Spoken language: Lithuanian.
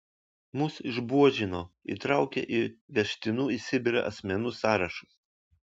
mus išbuožino įtraukė į vežtinų į sibirą asmenų sąrašus